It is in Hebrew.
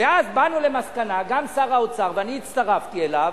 ואז באנו למסקנה, גם שר האוצר, ואני הצטרפתי אליו,